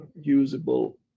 usable